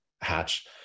hatch